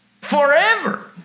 forever